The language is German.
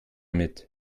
mit